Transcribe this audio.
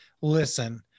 listen